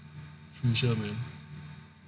I'm pretty sure man